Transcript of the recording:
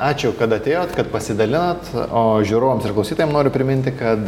ačiū kad atėjot kad pasidalinot o žiūrovams ir klausytojam noriu priminti kad